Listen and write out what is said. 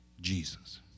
Jesus